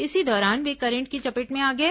इसी दौरान वे करंट की चपेट में आ गए